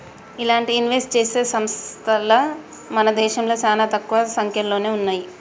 ఇలాంటి ఇన్వెస్ట్ చేసే సంస్తలు మన దేశంలో చానా తక్కువ సంక్యలోనే ఉన్నయ్యి